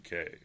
UK